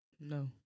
No